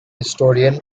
historian